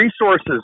resources